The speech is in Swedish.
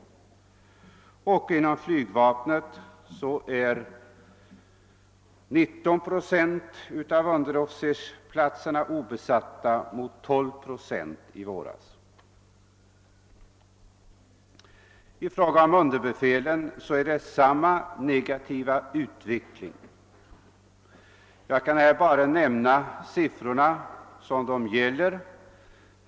Inom flygvapnet är 19 procent av underofficersplatserna obesatta mot 12 procent i våras. I fråga om underbefälen är det samma negativa utveckling. Jag kan här bara nämna de siffror som nu gäller.